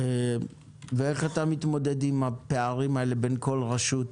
איך אתה מתמודד עם הפערים בין הרשויות?